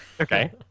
Okay